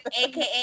aka